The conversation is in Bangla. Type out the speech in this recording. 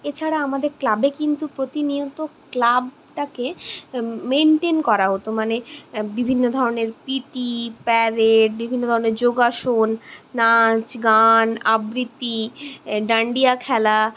এ ছাড়া আমাদের ক্লাবে কিন্তু প্রতিনিয়ত ক্লাবটাকে মেন্টেন করা হতো মানে বিভিন্ন ধরনের পিটি প্যারেড বিভিন্ন ধরনের যোগাসন নাচ গান আবৃত্তি ডান্ডিয়া খেলা